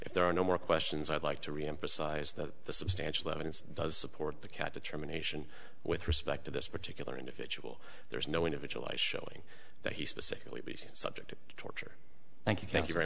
if there are no more questions i'd like to reemphasize that the substantial evidence does support the cat determination with respect to this particular individual there is no individual i shelley that he specifically said subject to torture thank you thank you very